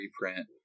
reprint